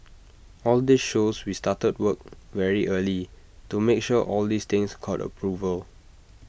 all this shows we started work very early to make sure all these things got approval